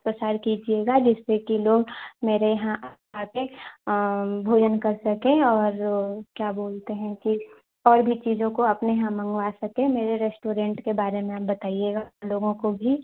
प्रसार कीजिएगा जिससे कि लोग मेरे यहाँ आकर भोजन कर सकें और क्या बोलते हैं कि और भी चीज़ों को अपने यहाँ मँगवा सकें मेरे रेस्टोरेन्ट के बारे में आप बताइएगा उन लोगों को भी